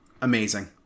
amazing